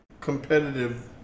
competitive